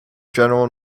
general